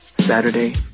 Saturday